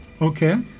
Okay